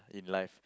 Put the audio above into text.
in life